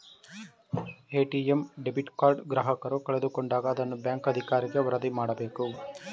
ATM debit card ಗ್ರಾಹಕರು ಕಳೆದುಕೊಂಡಾಗ ಅದನ್ನ ಬ್ಯಾಂಕ್ ಅಧಿಕಾರಿಗೆ ವರದಿ ಮಾಡಬೇಕು